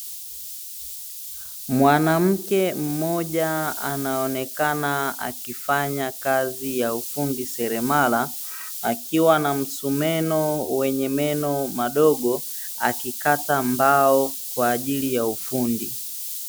Mwanamke mmoja anaonekana akifanya kazi ya ufundi seremala, akiwa na msumeno wenye meno madogo akikata mbao kwaajili ya ufundi.